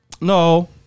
No